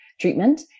treatment